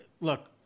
look